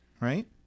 right